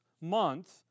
month